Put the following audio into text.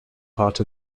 part